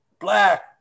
black